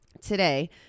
Today